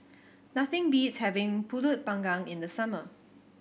nothing beats having Pulut Panggang in the summer